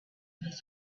his